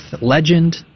legend